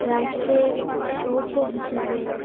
রাষ্ট্রের সভ্য হিসাবে